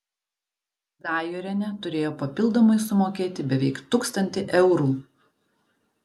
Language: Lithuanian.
dajorienė turėjo papildomai sumokėti beveik tūkstantį eurų